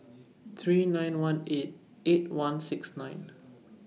three nine one eight eight one six nine